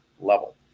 level